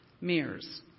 Mirrors